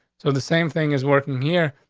so the same thing is working here,